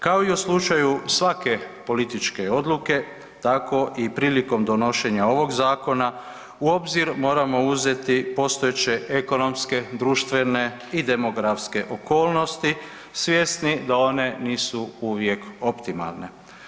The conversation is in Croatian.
Kao i u slučaju svake političke odluke tako i prilikom donošenja ovog zakona u obzir moramo uzeti postojeće ekonomske, društvene i demografske okolnosti svjesni da one nisu uvijek optimalne.